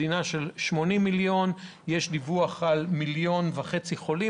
מדינה של 80 מיליון עם 1.5 מיליון חולים,